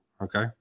okay